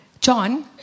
John